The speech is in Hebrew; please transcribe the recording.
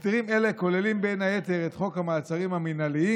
הסדרים אלה כוללים בין היתר את חוק המעצרים המינהליים